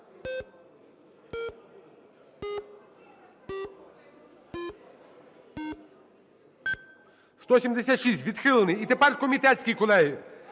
За-176 Відхилений. І тепер комітетський, колеги,